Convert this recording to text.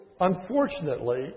unfortunately